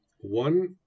One